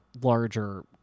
larger